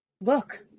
look